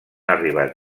arribat